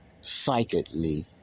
psychically